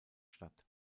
statt